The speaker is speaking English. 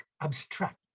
Abstract